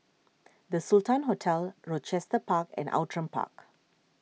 the Sultan Hotel Rochester Park and Outram Park